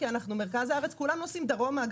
כי אנחנו מרכז הארץ, אגב, כולם נוסעים דרומה.